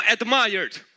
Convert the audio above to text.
admired